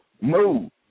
Move